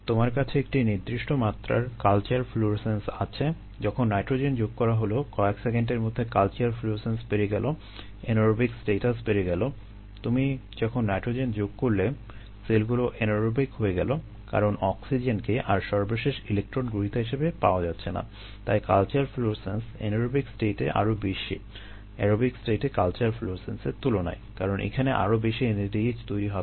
তোমার কাছে একটি নির্দিষ্ট মাত্রার কালচার ফ্লুরোসেন্স আছে যখন নাইট্রোজেন যোগ করা হলো কয়েক সেকেন্ডের মধ্যে কালচার ফ্লুরোসেন্স বেড়ে গেলো এন্যারোবিক স্ট্যাটাস আরো বেশি অ্যারোবিক স্টেটে কালচার ফ্লুরোসেন্সের তুলনায় কারণ এখানে আরো বেশি NADH তৈরি হবে